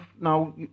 now